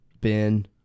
Ben